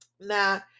Now